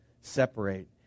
separate